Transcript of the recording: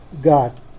god